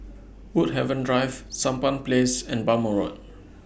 Woodhaven Drive Sampan Place and Bhamo Road